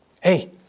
Hey